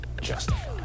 Justified